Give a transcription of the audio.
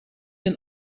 een